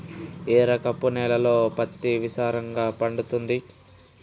ఏ రకపు నేలల్లో పత్తి విస్తారంగా పండుతది?